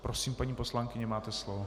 Prosím, paní poslankyně, máte slovo.